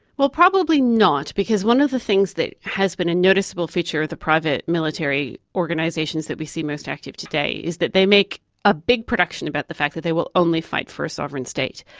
well, probably not, because one of the things that has been a noticeable feature of the private military organisations that we see most active today is that they make a big production about the fact that they will only fight for a sovereign state,